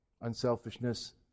unselfishness